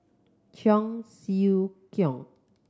Cheong Siew Keong